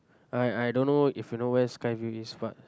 I I don't know if you know where is Skyview is but